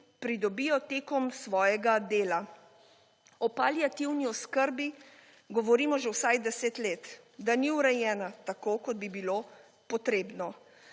pridobijo tekom svojega dela. O paliativni oskrbi govorimo že vsaj 10 let, da ni urejena tako kot bi bilo potrebno.